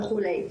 וכולי.